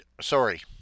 Sorry